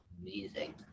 amazing